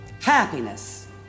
happiness